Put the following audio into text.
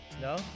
No